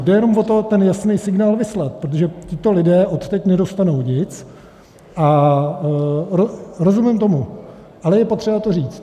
Jde jenom o to ten jasný signál vyslat, protože tito lidé odteď nedostanou nic a rozumím tomu, ale je potřeba to říct.